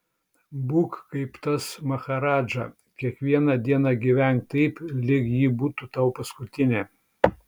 būk kaip tas maharadža kiekvieną dieną gyvenk taip lyg ji būtų tau paskutinė